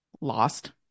lost